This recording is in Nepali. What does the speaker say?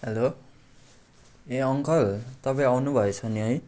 हेलो ए अङ्कल तपाईँ आउनुभएछ नि है